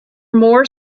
more